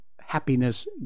happiness